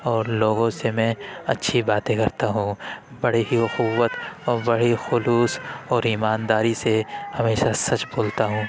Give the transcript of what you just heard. اور لوگوں سے میں اچھی باتیں کرتا ہوں بڑی ہی اخوت اور بڑی ہی خلوص اور ایمانداری سے ہمیشہ سچ بولتا ہوں